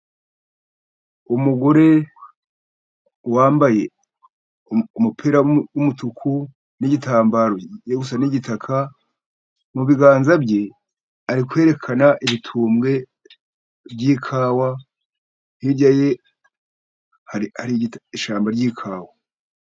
Umugore wambaye umupira w'umutuku n'igitambaro kigiye gusa n'igitaka. Mu biganza bye ari kwerekana ibitumbwe by'ikawa, hirya ye hari ishyamba ry'ikawa.